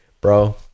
bro